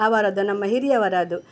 ಅವರದ್ದು ನಮ್ಮ ಹಿರಿಯವರದ್ದು